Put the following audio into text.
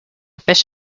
fish